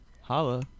holla